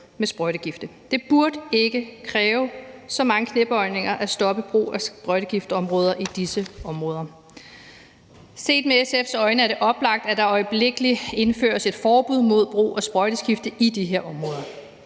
med sprøjtegifte. Det burde ikke kræve så mange knæbøjninger at stoppe brug af sprøjtegifte i disse områder. Set med SF's øjne er det oplagt, at der øjeblikkelig indføres et forbud mod brug af sprøjtegifte i de her områder.